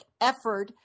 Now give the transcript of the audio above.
effort